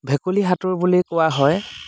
ভেকুলী সাঁতোৰ বুলি কোৱা হয়